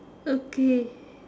okay